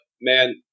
man